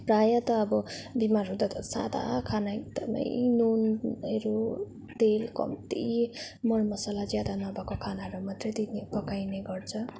प्रायः त अब बिमार हुँदा त सादा खाना एकदमै नुनहरू तेल कम्ती मरमसला ज्यादा नभएको खानाहरू मात्रै दिने पकाइने गर्छ